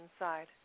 inside